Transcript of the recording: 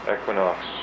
Equinox